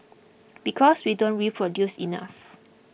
because we don't reproduce enough